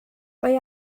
mae